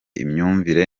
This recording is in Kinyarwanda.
imyumvire